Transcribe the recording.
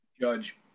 Judge